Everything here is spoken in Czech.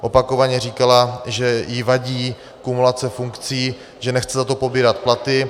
Opakovaně říkala, že jí vadí kumulace funkcí, že nechce za to pobírat platy.